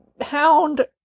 hound